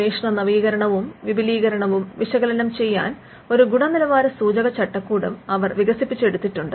ഗവേഷണ നവീകരണവും വിപുലീകരണവും വിശകലനം ചെയ്യാൻ ഒരു ഗുണനിലവാര സൂചക ചട്ടക്കൂടും അവർ വികസിപ്പിച്ചെടുത്തിട്ടുണ്ട്